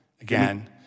Again